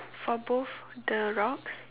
for both the rocks